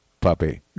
puppy